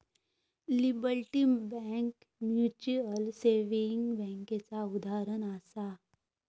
liberty bank mutual saving बैंकेचा उदाहरणं आसा